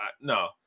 no